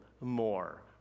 more